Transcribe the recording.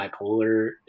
bipolar